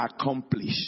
accomplished